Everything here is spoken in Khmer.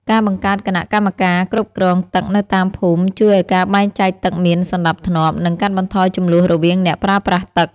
ការបង្កើតគណៈកម្មការគ្រប់គ្រងទឹកនៅតាមភូមិជួយឱ្យការបែងចែកទឹកមានសណ្តាប់ធ្នាប់ និងកាត់បន្ថយជម្លោះរវាងអ្នកប្រើប្រាស់ទឹក។